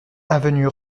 avenue